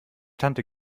tante